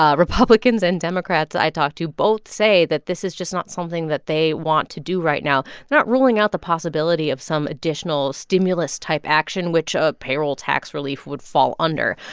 ah republicans and democrats i talked to both say that this is just not something that they want to do right now. they're not ruling out the possibility of some additional stimulus-type action which a payroll tax relief would fall under.